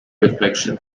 reflection